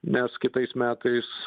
nes kitais metais